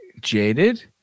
jaded